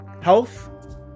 health